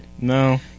No